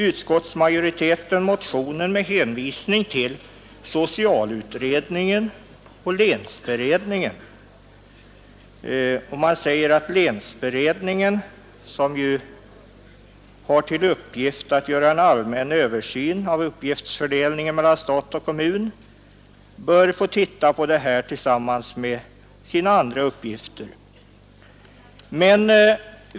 Utskottsmajoriteten avvisar motionen med hänvisning till socialutredningen och länsberedningen. Utskottet säger att länsberedningen, som har till uppgift att göra en allmän översyn av uppgiftsfördelningen mellan stat och kommun, bör få titta på denna fråga tillsammans med sina andra uppgifter.